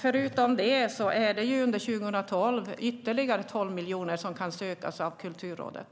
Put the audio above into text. Förutom detta finns under 2012 ytterligare 12 miljoner som kan sökas av Kulturrådet.